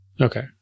Okay